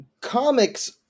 comics